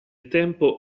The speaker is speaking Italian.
tempo